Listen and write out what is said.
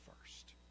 first